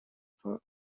for